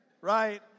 Right